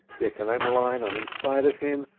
dick and emmeline on each side of him,